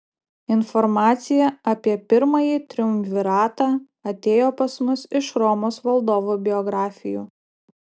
informacija apie pirmąjį triumviratą atėjo pas mus iš romos valdovų biografijų